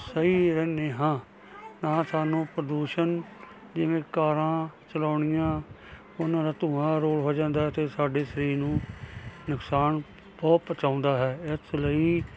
ਸਹੀ ਰਹਿੰਦੇ ਹਾਂ ਤਾਂ ਸਾਨੂੰ ਪ੍ਰਦੂਸ਼ਣ ਜਿਵੇਂ ਕਾਰਾਂ ਚਲਾਉਣੀਆਂ ਉਹਨਾਂ ਦਾ ਧੂਆਂ ਰੋਲ ਹੋ ਜਾਂਦਾ ਅਤੇ ਸਾਡੇ ਸਰੀਰ ਨੂੰ ਨੁਕਸਾਨ ਬਹੁਤ ਪਹੁੰਚਾਉਂਦਾ ਹੈ ਇਸ ਲਈ